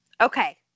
Okay